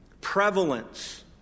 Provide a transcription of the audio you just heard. prevalence